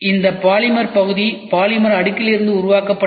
இந்த பாலிமர் பகுதி பாலிமர் அடுக்கிலிருந்து உருவாக்கப்பட்டது